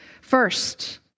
First